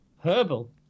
Herbal